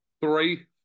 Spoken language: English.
Three